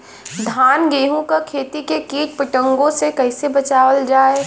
धान गेहूँक खेती के कीट पतंगों से कइसे बचावल जाए?